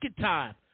time